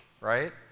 right